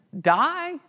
die